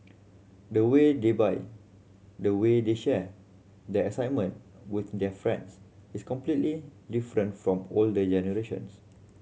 the way they buy the way they share their excitement with their friends is completely different from older generations